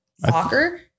soccer